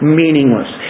meaningless